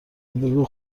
بگو